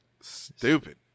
Stupid